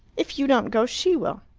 if you don't go, she will.